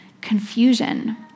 confusion